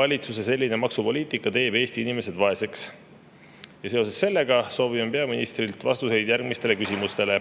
Valitsuse selline maksupoliitika teeb Eesti inimesed vaeseks. Seoses sellega soovime peaministrilt vastuseid järgmistele küsimustele.